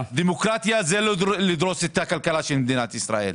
דמוקרטיה זה לא לדרוס את הכלכלה של מדינת ישראל.